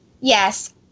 Yes